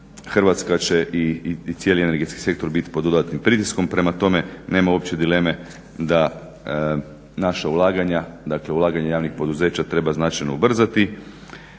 Hrvatska će i cijeli energetski sektor biti pod dodatnim pritiskom, prema tome nema uopće dileme da naša ulaganja, dakle ulaganja javnih poduzeća treba značajno ubrzati.